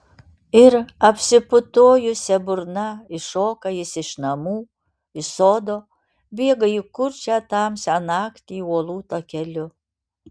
ir apsiputojusia burna iššoka jis iš namų iš sodo bėga į kurčią tamsią naktį uolų takeliu